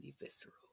visceral